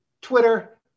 Twitter